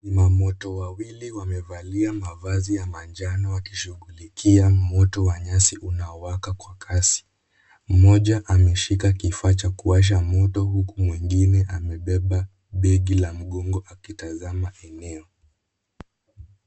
Wazima moto wawili wamevalia mavazi ya manjano wakishughulikia moto wa nyasi unaowaka kwa kasi. Mmoja ameshika kifaa cha kuwasha moto huku mwengine amebeba begi la mgongo akitazama eneo.